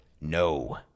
No